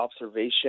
observation